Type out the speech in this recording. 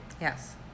Yes